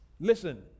Listen